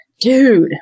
dude